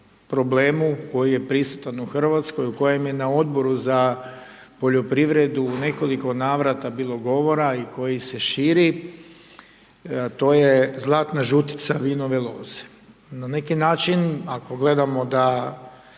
problemu koji je prisutan u Hrvatskoj u kojem je na Odboru za poljoprivredu u nekoliko navrata bilo govora i koji se širi, a to je zlatna žutica vinove loze. Na neki način ako gledamo da